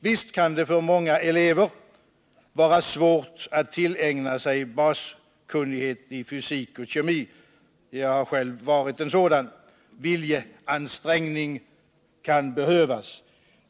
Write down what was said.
Visst kan det för många elever vara svårt att tillägna sig baskunnighet i fysik och kemi — jag har själv varit en sådan elev. Viljeansträngning kan behövas.